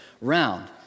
round